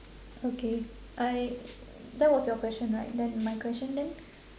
okay I that was your question right then my question then